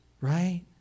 Right